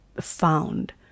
found